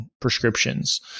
prescriptions